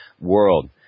world